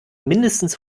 mindestens